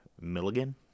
Milligan